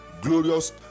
glorious